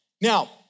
Now